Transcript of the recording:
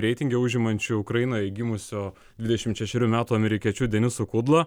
reitinge užimančiu ukrainoje gimusio dvidešimt šešerių metų amerikiečiu denisu kudla